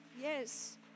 Yes